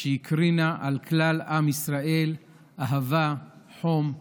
שהקרינה על כלל עם ישראל אהבה, חום,